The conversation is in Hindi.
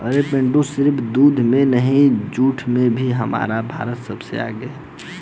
अरे पिंटू सिर्फ दूध में नहीं जूट में भी हमारा भारत सबसे आगे हैं